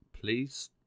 please